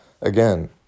Again